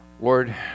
Lord